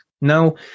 Now